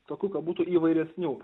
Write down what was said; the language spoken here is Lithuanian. tokių kad būtų įvairesnių